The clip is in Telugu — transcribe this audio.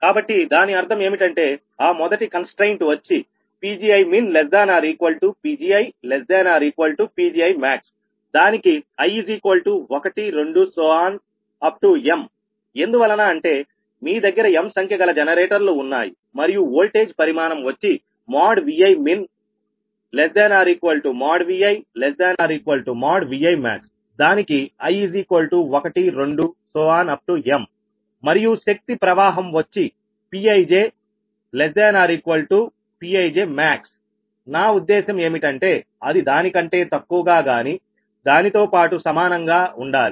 కాబట్టి దాని అర్థం ఏమిటంటే ఆ మొదటి కంస్ట్రయిన్ట్ వచ్చి PgiminPgiPgimaxదానికి i12mఎందువలన అంటే మీ దగ్గర m సంఖ్య గల జనరేటర్లు ఉన్నాయి మరియు వోల్టేజ్ పరిమాణం వచ్చి Vimin≤|Vi|≤Vimaxదానికి i12mమరియు శక్తి ప్రవాహం వచ్చి Pij|≤Pijmaxనా ఉద్దేశం ఏమిటంటే అది దాని కంటే తక్కువగా గాని దాని తో పాటు సమానంగా ఉండాలి